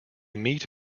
meat